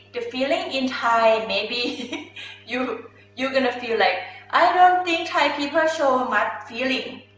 the feeling in thai, maybe you you gonna feel like, i don't think thai people show much feeling.